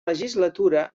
legislatura